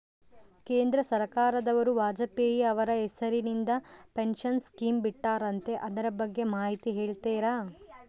ಕೇಂದ್ರ ಸರ್ಕಾರದವರು ವಾಜಪೇಯಿ ಅವರ ಹೆಸರಿಂದ ಪೆನ್ಶನ್ ಸ್ಕೇಮ್ ಬಿಟ್ಟಾರಂತೆ ಅದರ ಬಗ್ಗೆ ಮಾಹಿತಿ ಹೇಳ್ತೇರಾ?